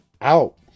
out